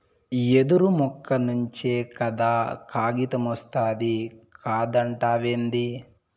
యెదురు మొక్క నుంచే కదా కాగితమొస్తాది కాదంటావేంది